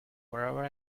wherever